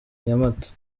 nyamata